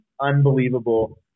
unbelievable